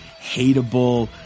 hateable